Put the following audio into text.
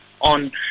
on